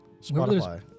Spotify